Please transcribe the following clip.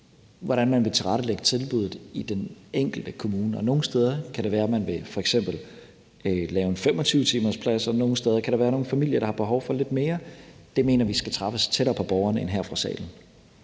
hvordan man vil tilrettelægge tilbuddet i den enkelte kommune. Nogle steder kan det være, at man f.eks. vil lave en 25-timersplads, og andre steder kan det være, at der er nogle familier, der har behov for lidt mere. Den beslutning mener vi skal træffes tættere på borgerne end her fra salen.